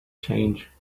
change